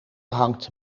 hangt